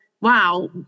wow